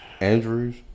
Andrews